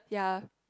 ya